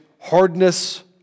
hardness